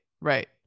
right